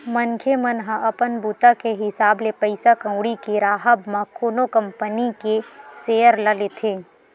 मनखे मन ह अपन बूता के हिसाब ले पइसा कउड़ी के राहब म कोनो कंपनी के सेयर ल लेथे